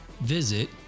visit